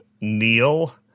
Neil